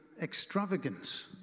extravagance